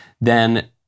then-